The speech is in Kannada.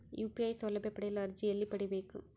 ಯು.ಪಿ.ಐ ಸೌಲಭ್ಯ ಪಡೆಯಲು ಅರ್ಜಿ ಎಲ್ಲಿ ಪಡಿಬೇಕು?